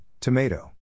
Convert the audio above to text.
tomato